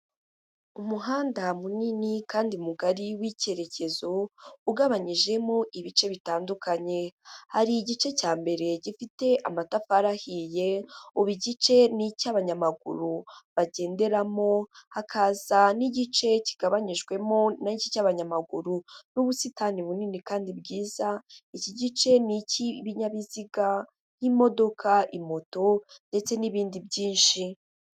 Umuhanda munini kandi mugari w'icyerekezo, ugabanyijemo ibice bitandukanye. Hari igice cya mbere gifite amatafari ahiye, ubu igice ni icyo abanyamaguru bagenderamo hakaza n'igice kigabanyijwemo na cyo cy'abanyamaguru n'ubusitani bunini kandi bwiza. Iki gice ni icy'ibinyabiziga nk'imodoka, imoto ndetse n'ibindi byinshi.